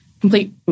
Complete